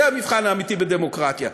זה המבחן האמיתי בדמוקרטיה.